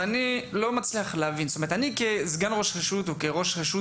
ואני לא מצליח להבין --- כסגן ראש רשות או כראש רשות